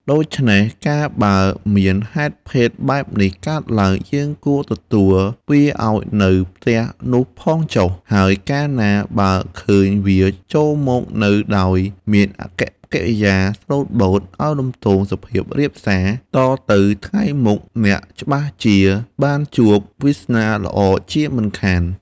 ដូច្នេះកាលបើមានហេតុភេទបែបនេះកើតឡើង យើងគួរទទួលវាឱ្យនៅផ្ទះនោះផងចុះ ហើយកាលបើឃើញវាចូលមកនៅដោយមានអាកប្បកិរិយាស្លូតបូត ឱនលំទោន សុភាពរាបសា តទៅថ្ងៃមុខអ្នកច្បាស់ជាបានជួបវាសនាល្អជាមិនខាន។